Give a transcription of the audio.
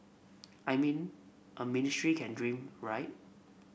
I mean a ministry can dream right